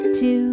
two